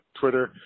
Twitter